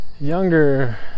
younger